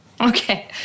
okay